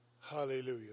hallelujah